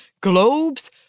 globes